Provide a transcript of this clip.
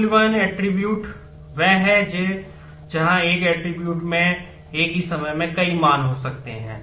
बहुमूल्यवान attribute में एक ही समय में कई मान हो सकते हैं